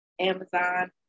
Amazon